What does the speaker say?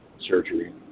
surgery